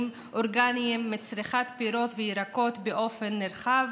אורגניים מצריכת פירות וירקות באופן נרחב,